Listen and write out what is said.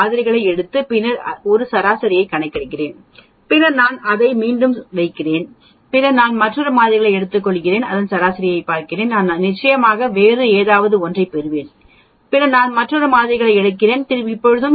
நான் ஒரு மக்கள்தொகை வைத்திருக்கிறேன் நான் ஒரு சில மாதிரிகளை எடுத்து பின்னர் ஒரு சராசரியைக் கணக்கிடுகிறேன் பின்னர் நான் அதை மீண்டும் வைக்கிறேன் பின்னர் நான் மற்றொரு மாதிரிகளை எடுத்து ஒரு சராசரியைப் பெறுகிறேன் நான் நிச்சயமாக வேறு ஏதாவது ஒன்றைப் பெறுவேன் பின்னர் நான் மற்றொரு மாதிரி மாதிரிகளை எடுத்து பின்னர் பெறுவேன் ஒரு சராசரி